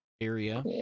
area